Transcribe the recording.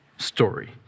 story